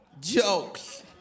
Jokes